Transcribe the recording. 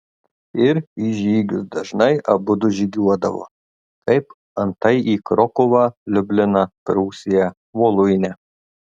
ir į žygius dažnai abudu žygiuodavo kaip antai į krokuvą liubliną prūsiją voluinę